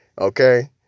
Okay